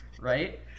Right